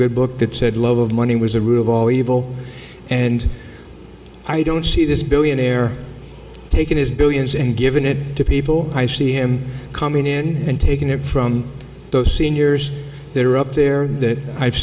good book that said love of money was a root of all evil and i don't see this billionaire taking his billions and given it to people i see him coming in and taking it from those seniors that are up there that i've